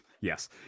yes